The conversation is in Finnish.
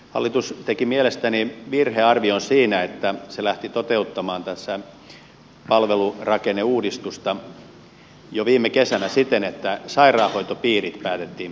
hallitus teki mielestäni virhearvion siinä että se lähti toteuttamaan tässä palvelurakenneuudistusta jo viime kesänä siten että sairaanhoitopiirit päätettiin purkaa